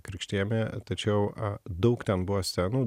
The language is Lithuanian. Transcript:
krikštijami tačiau daug ten buvo scenų